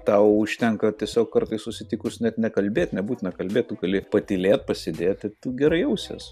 tau užtenka tiesiog kartais susitikus net nekalbėt nebūtina kalbėt gali patylėt pasėdėti tu gerai jausies